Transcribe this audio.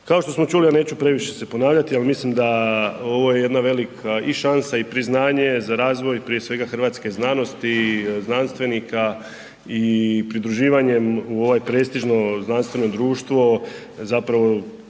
Kao što smo čuli, a neću previše se ponavljati, ali mislim da ovo je jedna velika i šansa i priznanje za razvoj prije svega hrvatske znanosti i znanstvenika i pridruživanjem u ovaj prestižno znanstveno društvo zapravo